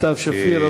סתיו שפיר.